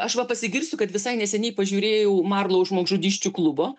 aš va pasigirsiu kad visai neseniai pažiūrėjau marlou žmogžudysčių klubo